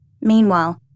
Meanwhile